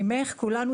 ממך כולנו